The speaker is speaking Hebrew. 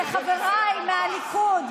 אדוני היושב-ראש, מזכירת הכנסת, חברות וחברים,